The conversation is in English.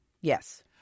Yes